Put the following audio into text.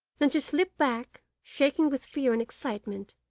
then she slipped back, shaking with fear and excitement,